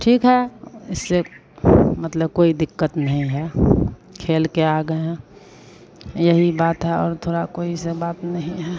ठीक है इससे मतलब कोई दिक्कत नहीं है खेलकर आ गए हैं यही बात है और थोड़ा कोई ऐसा बात नहीं है